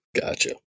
Gotcha